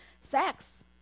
Sex